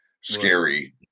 scary